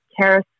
Karis